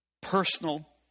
personal